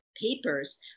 papers